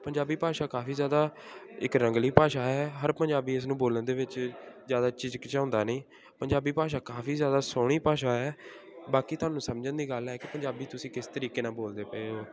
ਪੰਜਾਬੀ ਭਾਸ਼ਾ ਕਾਫੀ ਜ਼ਿਆਦਾ ਇੱਕ ਰੰਗਲੀ ਭਾਸ਼ਾ ਹੈ ਹਰ ਪੰਜਾਬੀ ਇਸ ਨੂੰ ਬੋਲਣ ਦੇ ਵਿੱਚ ਜ਼ਿਆਦਾ ਝਿਜਕ ਝਕਾਉਂਦਾ ਨਹੀਂ ਪੰਜਾਬੀ ਭਾਸ਼ਾ ਕਾਫੀ ਜ਼ਿਆਦਾ ਸੋਹਣੀ ਭਾਸ਼ਾ ਹੈ ਬਾਕੀ ਤੁਹਾਨੂੰ ਸਮਝਣ ਦੀ ਗੱਲ ਹੈ ਕਿ ਪੰਜਾਬੀ ਤੁਸੀਂ ਕਿਸ ਤਰੀਕੇ ਨਾਲ ਬੋਲਦੇ ਪਏ ਹੋ